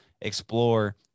explore